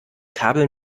kabel